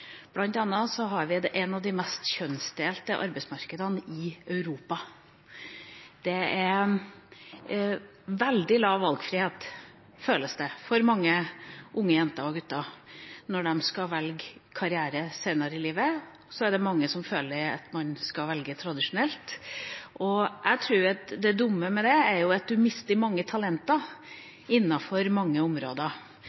har vi et av de mest kjønnsdelte arbeidsmarkedene i Europa. Det er veldig liten valgfrihet, føles det som, for mange unge jenter og gutter. Når de skal velge karriere senere i livet, er det mange som føler at de må velge tradisjonelt. Jeg tror at det dumme med det, er at man mister mange